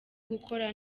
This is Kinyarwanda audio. gukora